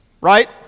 right